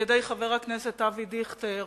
על-ידי חבר הכנסת אבי דיכטר